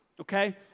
Okay